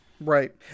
Right